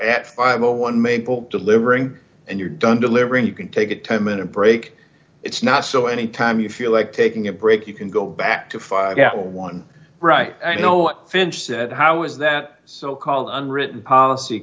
at five o one maple delivering and you're done delivering you can take a ten minute break it's not so any time you feel like taking a break you can go back to five gal one right i know what finch said how is that so called on written policy